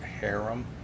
harem